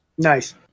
Nice